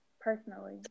personally